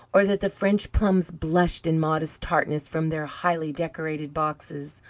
or that the french plums blushed in modest tartness from their highly decorated boxes,